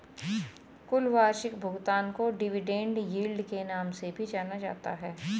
कुल वार्षिक भुगतान को डिविडेन्ड यील्ड के नाम से भी जाना जाता है